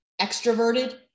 extroverted